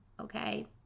okay